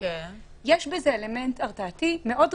יש בזה אלמנט הרתעתי מאוד רציני.